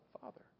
Father